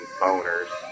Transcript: boners